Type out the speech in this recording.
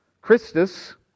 Christus